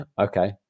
Okay